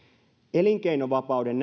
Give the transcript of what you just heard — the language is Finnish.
elinkeinovapauden